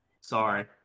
Sorry